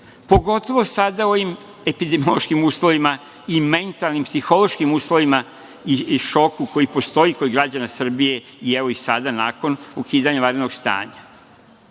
pogotovo sada, u ovim epidemiološkim uslovima i mentalno-psihološkim uslovima i šoku koji postoji kod građana Srbije, evo, i sada, nakon ukidanja vanrednog stanja. Kao